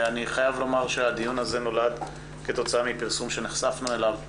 אני חייב לומר שהדיון הזה נולד כתוצאה מפרסום שנחשפנו אליו,